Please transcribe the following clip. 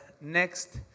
next